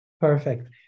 Perfect